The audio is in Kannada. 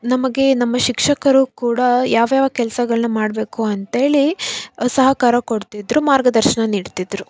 ನಮಗೆ ನಮ್ಮ ಶಿಕ್ಷಕರು ಕೂಡಾ ಯಾವ ಯಾವ ಕೆಲ್ಸಗಳನ್ನು ಮಾಡಬೇಕು ಅಂತ್ಹೇಳಿ ಸಹಕಾರ ಕೊಡ್ತಿದ್ದರು ಮಾರ್ಗದರ್ಶನ ನೀಡ್ತಿದ್ದರು